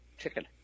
chicken